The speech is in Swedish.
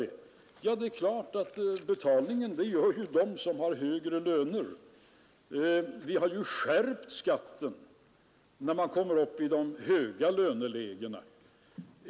Betalar gör naturligtvis de som har höga löner. Vi har ju skärpt skatten i de höga lönelägena.